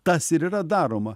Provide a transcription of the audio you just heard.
tas ir yra daroma